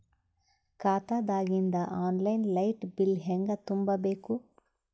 ಖಾತಾದಾಗಿಂದ online light bill ಹೇಂಗ ತುಂಬಾ ಬೇಕು?